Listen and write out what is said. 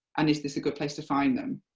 and is this a good place to find them?